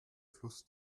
fluss